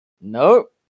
Nope